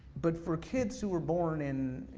but for kids who were born in